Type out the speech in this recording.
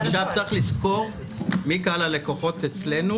עכשיו צריך לזכור מי קהל הלקוחות אצלנו